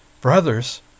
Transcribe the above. Brothers